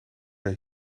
daar